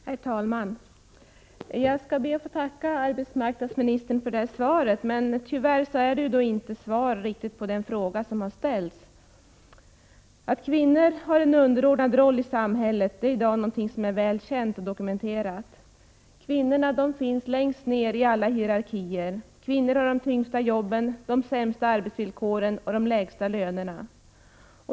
Herr talman! Jag skall be att få tacka arbetsmarknadsministern för svaret, 17 november 1988 men tyvärr är det inte riktigt något svar på den fråga som har ställts. Att kvinnor har en underordnad roll i samhället är i dag väl känt och dokumenterat. Kvinnorna finns längst ned i alla hierarkier. Kvinnor har de tyngsta jobben, de sämsta arbetsvillkoren och de lägsta lönerna.